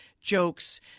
jokes